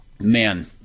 man